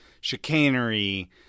chicanery